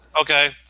Okay